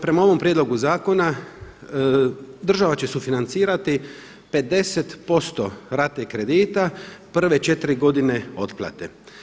Prema ovom prijedlogu zakona država će sufinancirati 50% rate kredita prve četiri godine otplate.